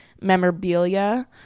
memorabilia